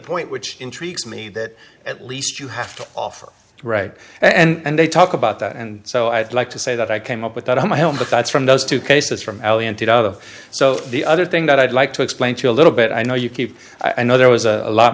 point which intrigues me that at least you have to offer right and they talk about that and so i'd like to say that i came up with that on my own but that's from those two cases from the so the other thing that i'd like to explain to you a little bit i know you keep i know there was a lot